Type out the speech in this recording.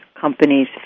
companies